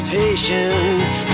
patience